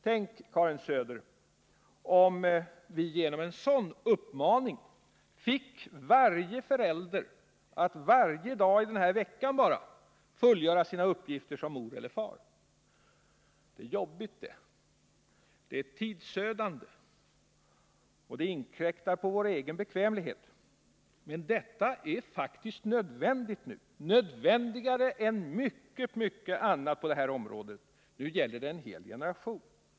Tänk, Karin Söder, om vi genom en sådan uppmaning fick varje förälder att varje dag bara i denna vecka fullgöra sina uppgifter såsom mor eller far! Det är jobbigt det. Det är tidsödande och det inkräktar på vår egen bekvämlighet. Men det är faktiskt nödvändigt, nödvändigare än mycket annat på detta område. Nu gäller det en hel generation.